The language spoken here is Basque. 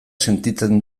sentitzen